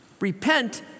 repent